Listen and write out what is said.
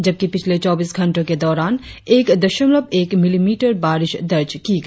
जबकि पिछले चौबीस घंटों के दौरान एक दशमलव एक मिलीमीटर बारिश दर्ज किया गया